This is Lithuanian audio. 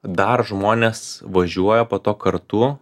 dar žmonės važiuoja po to kartu